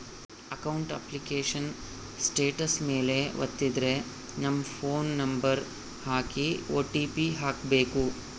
account application status ಮೇಲೆ ವತ್ತಿದ್ರೆ ನಮ್ ಫೋನ್ ನಂಬರ್ ಹಾಕಿ ಓ.ಟಿ.ಪಿ ಹಾಕ್ಬೆಕು